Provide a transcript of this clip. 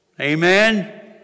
Amen